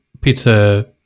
pizza